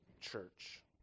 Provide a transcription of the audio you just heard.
church